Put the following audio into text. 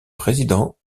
président